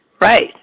Right